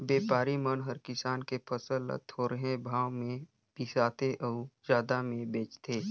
बेपारी मन हर किसान के फसल ल थोरहें भाव मे बिसाथें अउ जादा मे बेचथें